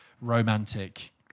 romantic